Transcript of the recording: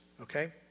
okay